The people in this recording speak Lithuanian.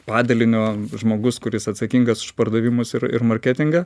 padalinio žmogus kuris atsakingas už pardavimus ir ir marketingą